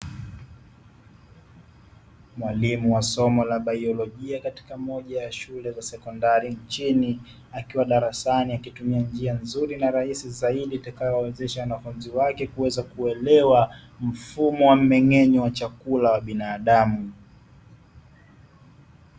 Mwalimu wa somo la baiolojia katika moja ya shule za sekondari nchini, akiwa darasani akitumia njia nzuri na rahisi zaidi, itakayowawezesha wanafunzi wake kuweza kuelewa mfumo wa mmeng'enyo wa chakula wa binadamu.